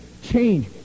Change